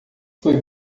foi